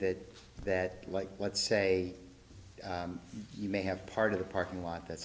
that that like let's say you may have part of the parking lot that